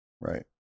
right